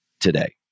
today